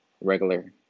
regular